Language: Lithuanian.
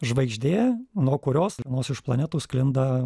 žvaigždė nuo kurios vienos iš planetų sklinda